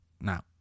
now